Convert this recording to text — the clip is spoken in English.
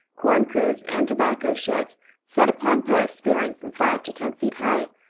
corn-cribs, and tobacco-sheds set upon posts, varying from five to ten feet high,